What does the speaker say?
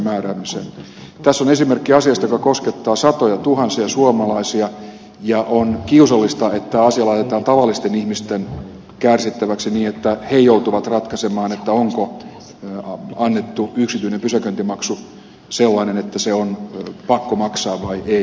tässä on esimerkki asiasta joka koskettaa satojatuhansia suomalaisia ja on kiusallista että asia laitetaan tavallisten ihmisten kärsittäväksi niin että he joutuvat ratkaisemaan onko annettu yksityinen pysäköintimaksu sellainen että se on pakko maksaa vai ei